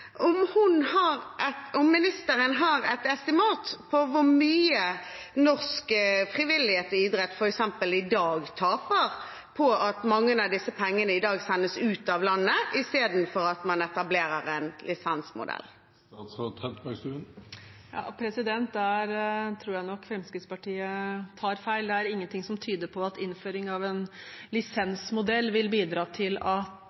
om hun har et estimat på hvor mye norsk frivillighet og idrett, f.eks. i dag, taper på at mange av disse pengene i dag sendes ut av landet, istedenfor at man etablerer en lisensmodell. Der tror jeg nok Fremskrittspartiet tar feil. Det er ingenting som tyder på at innføring av en lisensmodell vil bidra til at